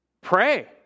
Pray